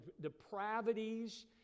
depravities